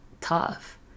tough